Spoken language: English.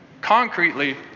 Concretely